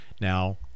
Now